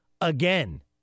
again